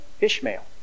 Ishmael